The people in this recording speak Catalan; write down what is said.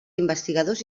investigadors